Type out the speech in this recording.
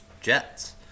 Jets